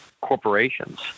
corporations